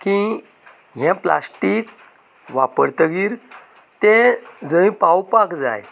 की हे प्लास्टीक वापरतकीर तें जंय पावपाक जाय